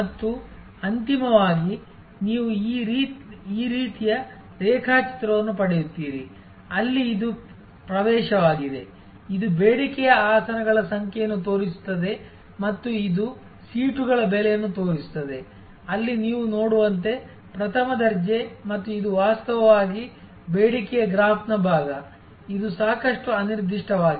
ಮತ್ತು ಅಂತಿಮವಾಗಿ ನೀವು ಈ ರೀತಿಯ ರೇಖಾಚಿತ್ರವನ್ನು ಪಡೆಯುತ್ತೀರಿ ಅಲ್ಲಿ ಇದು ಪ್ರವೇಶವಾಗಿದೆ ಇದು ಬೇಡಿಕೆಯ ಆಸನಗಳ ಸಂಖ್ಯೆಯನ್ನು ತೋರಿಸುತ್ತದೆ ಮತ್ತು ಇದು ಸೀಟುಗಳ ಬೆಲೆಯನ್ನು ತೋರಿಸುತ್ತದೆ ಇಲ್ಲಿ ನೀವು ನೋಡುವಂತೆ ಪ್ರಥಮ ದರ್ಜೆ ಮತ್ತು ಇದು ವಾಸ್ತವವಾಗಿ ಬೇಡಿಕೆಯ ಗ್ರಾಫ್ನ ಭಾಗ ಇದು ಸಾಕಷ್ಟು ಅನಿರ್ದಿಷ್ಟವಾಗಿದೆ